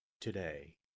today